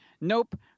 Nope